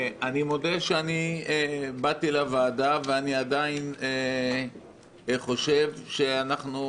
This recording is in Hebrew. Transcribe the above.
אני מודה שבאתי לוועדה ואני עדיין חושב שאנחנו